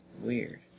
Weird